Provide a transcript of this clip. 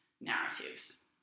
narratives